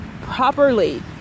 properly